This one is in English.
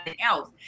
else